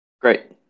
Great